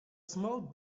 small